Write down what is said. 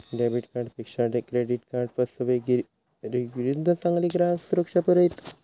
debit कार्डपेक्षा credit card फसवेगिरीविरुद्ध चांगली ग्राहक सुरक्षा पुरवता